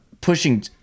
pushing